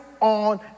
on